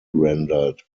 rendered